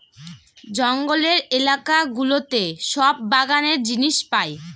জঙ্গলের এলাকা গুলোতে সব বাগানের জিনিস পাই